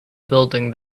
building